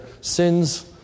sins